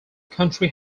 country